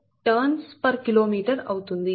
301Ic mWb Tkm అవుతుంది